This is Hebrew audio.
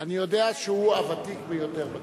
אני יודע שהוא הוותיק ביותר בכנסת.